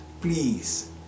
please